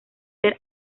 ser